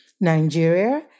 Nigeria